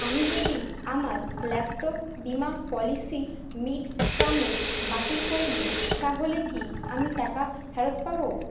আমি যদি আমার ল্যাপটপ বীমা পলিসি মিড টার্মে বাতিল করে দিই তাহলে কি আমি টাকা ফেরত পাবো